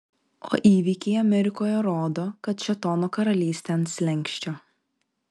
o įvykiai amerikoje rodo kad šėtono karalystė ant slenksčio